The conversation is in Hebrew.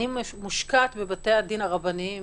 מושקעת בבתי-הדין הרבניים